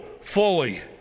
fully